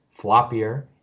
floppier